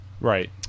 Right